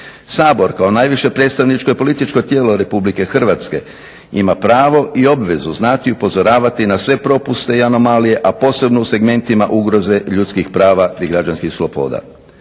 Sabor kao najviše predstavničko i političko tijelo Republike Hrvatske ima pravo i obvezu znati i upozoravati na sve propuste i anomalije, a posebno u segmentima ugroze ljudskih prava i građanskih sloboda.